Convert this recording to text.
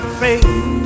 faith